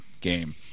game